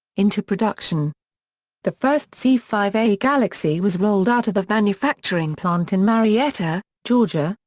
into production the first c five a galaxy was rolled out of the manufacturing plant in marietta, georgia,